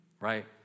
right